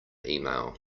email